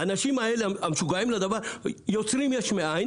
האנשים האלה, המשוגעים לדבר, יוצרים יש מאין.